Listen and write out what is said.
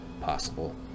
possible